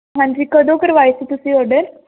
ਹਾਂਜੀ ਕਦੋਂ ਕਰਵਾਏ ਸੀ ਤੁਸੀਂ ਆਰਡਰ